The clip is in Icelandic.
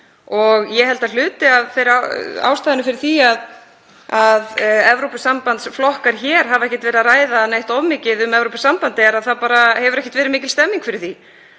og ég held að hluti af ástæðunni fyrir því að Evrópusambandsflokkar hér hafi ekki verið að ræða neitt of mikið um Evrópusambandið sé að það hefur ekki verið mikil stemning fyrir